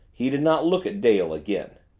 he did not look at dale again.